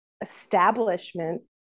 establishment